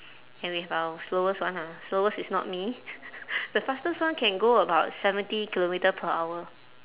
and we have our slowest one ha slowest is not me the fastest one can go about seventy kilometre per hour